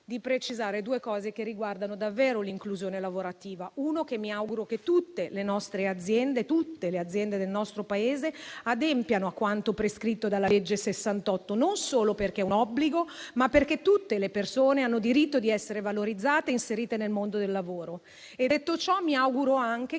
due precisazioni che riguardano davvero l'inclusione lavorativa. Innanzitutto, mi auguro che tutte le aziende del nostro Paese adempiano a quanto prescritto dalla legge n. 68, e non solo perché è un obbligo, ma perché tutte le persone hanno diritto a essere valorizzate e inserite nel mondo del lavoro. Detto ciò, mi auguro anche che